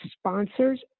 sponsors